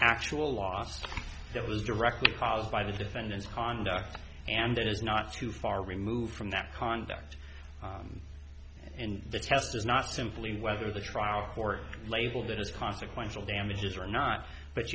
actual loss that was directly caused by the defendants conduct and it is not too far removed from that conduct and the test is not simply whether the trial or label that is consequential damages or not but